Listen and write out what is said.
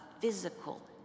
physical